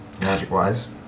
magic-wise